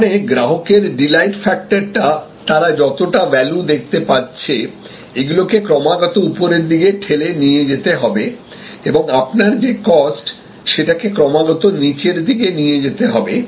তারমানে গ্রাহকের ডিলাইট ফ্যাক্টরটা তারা যতটা ভ্যালু দেখতে পাচ্ছে এগুলিকে ক্রমাগত উপরের দিকে ঠেলে নিয়ে যেতে হবে এবং আপনার যে কস্ট সেটাকে ক্রমাগত নিচের দিকে নিয়ে যেতে হবে